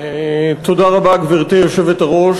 גברתי היושבת-ראש,